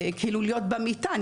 להיות במיטה,